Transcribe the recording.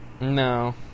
No